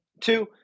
Two